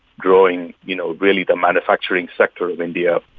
growing, you know, really the manufacturing sector of india,